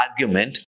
argument